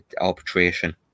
arbitration